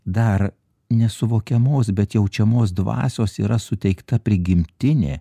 dar nesuvokiamos bet jaučiamos dvasios yra suteikta prigimtinė